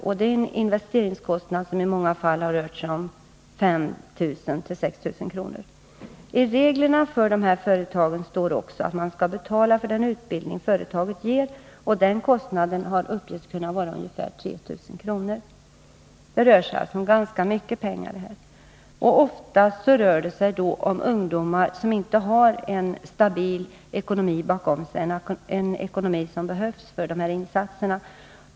Det rör sig om en investeringskostnad på i många fall 5 000 till 6 000 kr. I reglerna för det här företagen står också att man skall betala för den utbildning företaget ger. Den kostnaden har uppgetts kunna vara ungefär 3 000 kr. Det är alltså fråga om ganska mycket pengar. Ofta rör det sig om ungdomar som inte har den ekonomi bakom sig som behövs för dessa insatser.